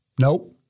nope